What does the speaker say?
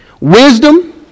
wisdom